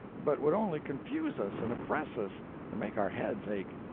but would only confuse us and oppress us and make our heads ache.